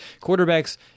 quarterbacks